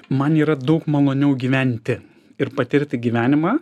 man yra daug maloniau gyventi ir patirti gyvenimą